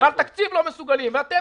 על תקציב הם לא מסוגלים להחליט.